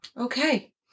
Okay